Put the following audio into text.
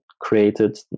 created